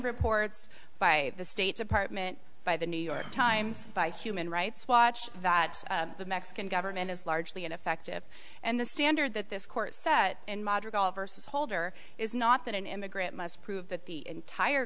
reports by the state department by the new york times by human rights watch that the mexican government is largely ineffective and the standard that this court set and moderate all versus holder is not that an immigrant must prove that the entire